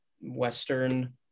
Western